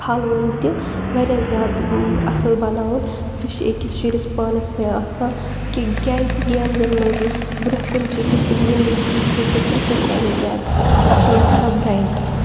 پھلوُن تہِ واریاہ زیادٕ اَصٕل بَناوُن سُہ چھِ أکِس شُرِس پانَس تانۍ آسان کہِ کیازکہِ گیمزَن منٛز یُس برونٛہہ کُن چھِ برونٛہہ کُن زِندگی ہُنٛد فیوٗچَر سُہ ہسا چھِ واریاہ زیادٕ اَصٕل آسان برایٹ آسان